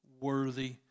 worthy